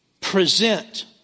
present